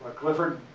ah clifford.